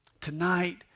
Tonight